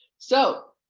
so,